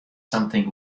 something